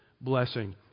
blessing